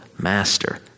master